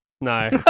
No